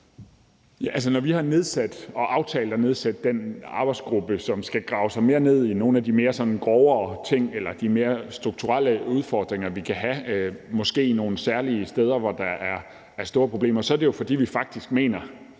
nedsat og aftalt at nedsætte den arbejdsgruppe, som skal grave sig mere ned i nogle af de mere sådan grovere ting eller de mere strukturelle udfordringer, vi måske kan have nogle særlige steder, hvor der er store problemer, så er det jo, fordi vi faktisk mener,